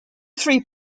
three